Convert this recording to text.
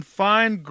find